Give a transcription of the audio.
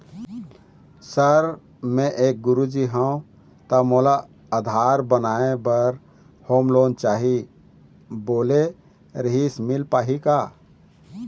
Sir मे एक गुरुजी हंव ता मोला आधार बनाए बर होम लोन चाही बोले रीहिस मील पाही का?